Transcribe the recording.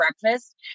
breakfast